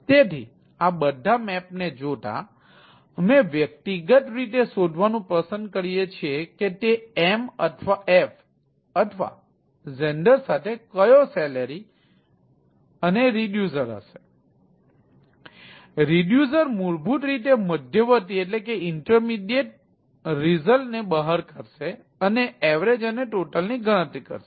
તેથી આપણે છેલ્લી રિડયુસર સપાટી મૂળભૂત રીતે તે મધ્યવર્તી પરિણામને બહાર કાઢશે અને એવરેજ અને ટોટલ ની ગણતરી કરશે